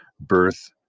birth